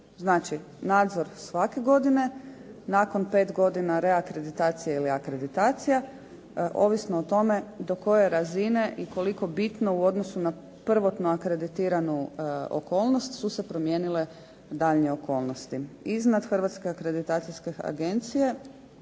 Znači, nadzor svake godine, nakon 5 godina reakreditacije ili akreditacije, ovisno o tome do koje razine i koliko bitno u odnosu na prvotnu akreditiranu okolnost su se promijenile daljnje okolnosti. Iznad Hrvatske akreditacijske agencije